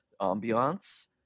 ambiance